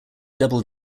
double